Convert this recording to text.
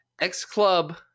X-Club